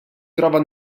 trova